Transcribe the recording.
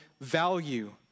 value